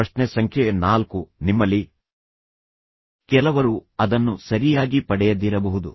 ಪ್ರಶ್ನೆ ಸಂಖ್ಯೆ ನಾಲ್ಕು ನಿಮ್ಮಲ್ಲಿ ಕೆಲವರು ಅದನ್ನು ಸರಿಯಾಗಿ ಪಡೆಯದಿರಬಹುದು